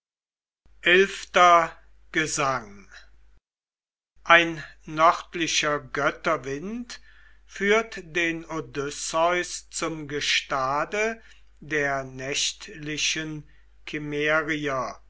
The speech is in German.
gesang ein nördlicher götterwind führt odysseus zum gestade der nächtlichen